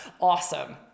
awesome